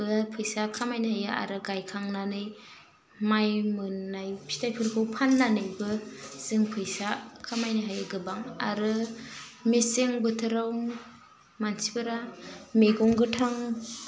बो फैसा खामायनो हायो आरो गायखांनानै माइ मोननाय फिथाइफोरखौ फान्नानैबो जों फैसा खामायनो हायो गोबां आरो मेसें बोथोराव मानसिफोरा मैगं गोथां